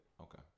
okay